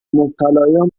مبتلایان